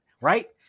right